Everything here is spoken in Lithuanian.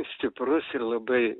stiprus ir labai